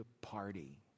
party